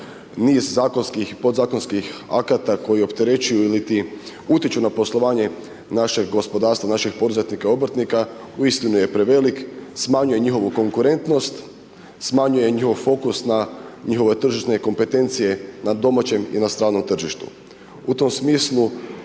niz zakonskih i podzakonskih akata koji opterećuju iliti utječu na poslovanje našeg gospodarstva, našeg poduzetnika i obrtnika, uistinu je prevelik, smanjuje njihovu konkurentnost, smanjuje njihov foku na njihove tržišne kompetencije na domaćem i na stranom tržištu. U tom smislu